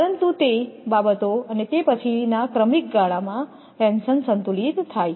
પરંતુ તે બાબતો અને તે પછીના ક્રમિક ગાળામાં ટેન્શન સંતુલિત થાય છે